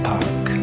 Park